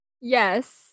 Yes